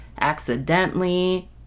Accidentally